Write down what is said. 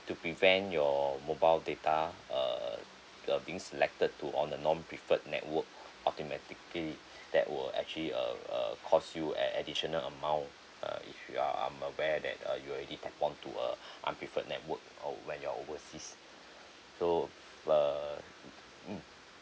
to prevent your mobile data err uh being selected to on the non preferred network automatically that were actually uh uh cause you an additional amount uh if you are um aware that uh you already tap on to a unpreferred network or when you are overseas so err mm